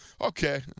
Okay